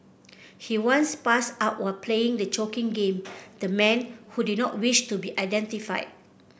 he once passed out while playing the choking game the man who did not wish to be identified